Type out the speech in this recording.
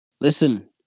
listen